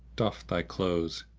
doff thy clothes,